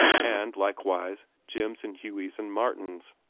and likewise jim's and hughey's and martin's.